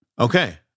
Okay